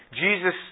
Jesus